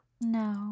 No